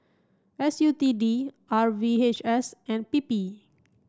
S U T D R V H S and P P